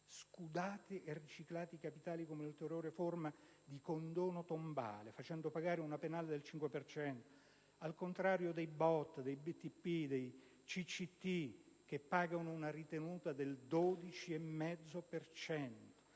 scudate e riciclate i capitali come ulteriore forma di condono tombale, facendo pagare una penale del 5 per cento - al contrario dei BOT, dei BTP e dei CCT, che pagano una ritenuta del 12,5